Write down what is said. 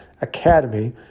Academy